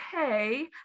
okay